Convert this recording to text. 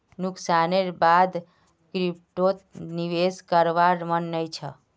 नुकसानेर बा द क्रिप्टोत निवेश करवार मन नइ छ